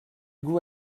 goût